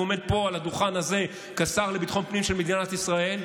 והוא עומד פה על הדוכן הזה כשר לביטחון פנים של מדינת ישראל,